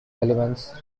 elements